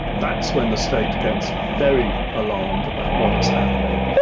that's when the state gets very alarmed about what is happening.